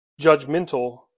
judgmental